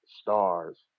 stars